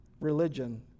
religion